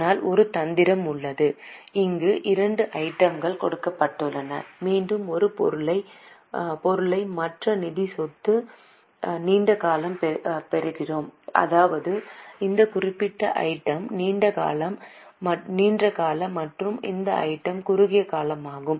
ஆனால் ஒரு தந்திரம் உள்ளது இங்கு இரண்டு ஐட்டம் கள் கொடுக்கப்பட்டுள்ளன மீண்டும் ஒரு பொருளை மற்ற நிதி சொத்து நீண்ட காலமாக பெறுகிறோம் அதாவது இந்த குறிப்பிட்ட ஐட்டம் நீண்ட கால மற்றும் இந்த ஐட்டம் குறுகிய காலமாகும்